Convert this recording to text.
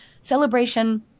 celebration